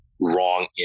wrong